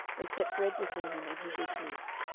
they set bread before him, and he did eat.